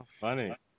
Funny